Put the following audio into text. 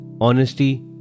Honesty